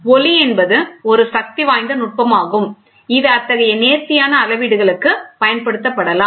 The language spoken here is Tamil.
ஒளி என்பது ஒரு சக்திவாய்ந்த நுட்பமாகும் இது அத்தகைய நேர்த்தியான அளவீடுகளுக்கு பயன்படுத்தப்படலாம்